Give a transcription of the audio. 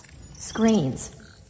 Screens